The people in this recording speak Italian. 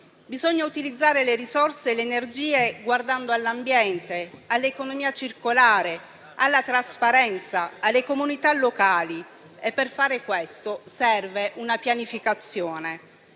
Bisogna utilizzare le risorse e le energie guardando all'ambiente, all'economia circolare, alla trasparenza, alle comunità locali, e per fare questo servono una pianificazione,